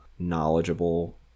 knowledgeable